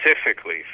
specifically